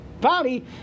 body